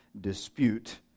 dispute